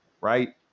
right